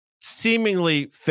Seemingly